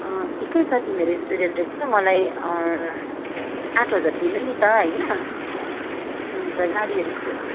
ठिकै छ तिमीहरू स्टुडेन्ट रहेछ मलाई आठ हजार दिनु नि त होइन अन्त गाडीहरूको